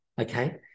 okay